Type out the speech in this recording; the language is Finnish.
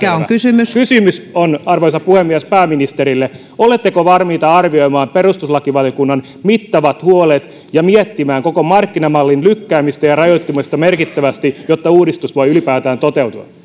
on epäselvä kysymys on arvoisa puhemies pääministerille oletteko valmiita arvioimaan perustuslakivaliokunnan mittavat huolet ja miettimään koko markkinamallin lykkäämistä ja rajoittamista merkittävästi jotta uudistus voi ylipäätään toteutua